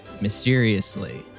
mysteriously